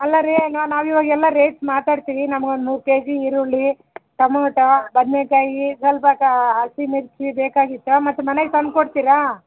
ಅಲ್ಲ ರೀ ನಾವು ಇವಾಗೆಲ್ಲ ರೇಟ್ ಮಾತಾಡ್ತೀವಿ ನಮಗೆ ಒಂದು ಮೂರು ಕೆ ಜಿ ಈರುಳ್ಳಿ ಟಮಾಟ ಬದನೆಕಾಯಿ ಸ್ವಲ್ಪ ಕಾ ಹಸಿ ಮಿರ್ಚಿ ಬೇಕಾಗಿತ್ತು ಮತ್ತು ಮನೆಗೆ ತಂದು ಕೊಡ್ತೀರಾ